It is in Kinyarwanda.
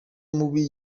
mubi